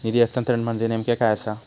निधी हस्तांतरण म्हणजे नेमक्या काय आसा?